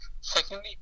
Secondly